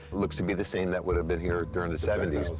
looks to be the same that would've been here during the seventy s.